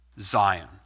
Zion